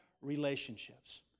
relationships